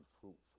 fruitful